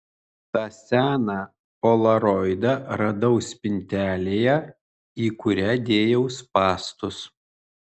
tą seną polaroidą radau spintelėje į kurią dėjau spąstus